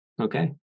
okay